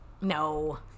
No